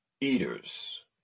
eaters